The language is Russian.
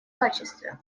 качестве